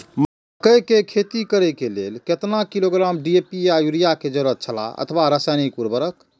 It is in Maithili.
मकैय के खेती करे के लेल केतना किलोग्राम डी.ए.पी या युरिया के जरूरत छला अथवा रसायनिक उर्वरक?